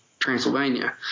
Transylvania